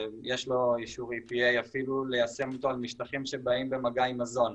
יש לו אישור EPA אפילו ליישם אותו על משטחים שבאים במגע עם מזון,